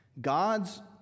God's